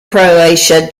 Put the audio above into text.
croatia